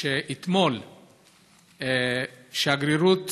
שאתמול שגרירות